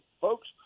folks